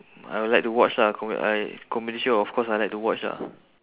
I would like to watch lah com~ I comedy show of course I like to watch lah